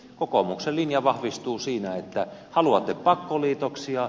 kokoomuksen linja vahvistuu siinä että haluatte pakkoliitoksia